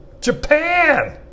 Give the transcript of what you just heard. Japan